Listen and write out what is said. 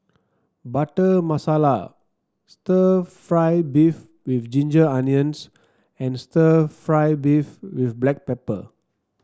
Butter Masala stir fry beef with Ginger Onions and stir fry beef with Black Pepper